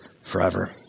forever